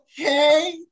Okay